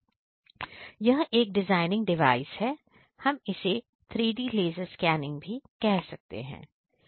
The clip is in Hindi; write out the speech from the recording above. यह एक डिजिटाइजिंग डिवाइस है हम इसे 3D लेजर स्कैनिंग भी कह सकते हैं